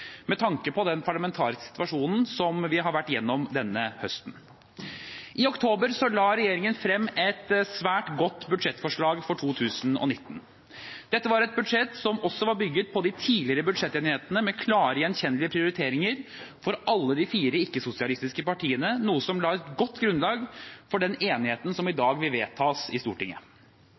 med tanke på den parlamentariske situasjonen som vi har vært igjennom denne høsten. I oktober la regjeringen frem et svært godt budsjettforslag for 2019. Dette var et budsjett som også var bygget på de tidligere budsjettenighetene med klare, gjenkjennelige prioriteringer for alle de fire ikke-sosialistiske partiene, noe som la et godt grunnlag for den enigheten som i dag vil vedtas i Stortinget.